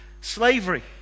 slavery